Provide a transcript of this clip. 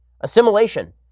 Assimilation